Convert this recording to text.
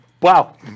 wow